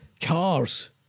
cars